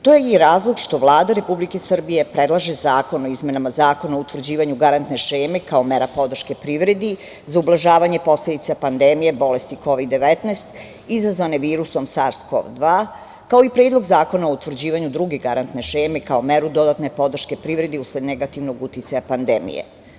To je i razlog što Vlada Republike Srbije predlaže Zakon o izmenama Zakona o utvrđivanju garantne šeme kao mera podrške privredi za ublažavanje posledica pandemije bolesti Kovid-19 izazvane virusom SARS KoV-2, kao i Predlog zakona o utvrđivanju druge garantne šeme kao meru dodatne podrške privredi usled negativnog uticaja pandemije.